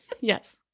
Yes